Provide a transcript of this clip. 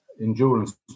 endurance